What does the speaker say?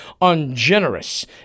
ungenerous